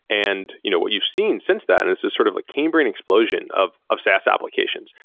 and you know what you've seen since then is this sort of like cambrian explosion of of saas applications.